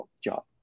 job